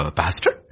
pastor